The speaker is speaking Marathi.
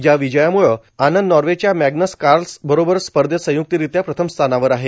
या विजयामुळे आनंद नॉर्वेच्या मॅग्नस कार्लस बरोबर स्पर्धत संयक्तरित्या प्रथम स्थानावर आहे